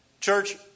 Church